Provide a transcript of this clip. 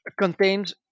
contains